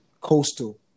coastal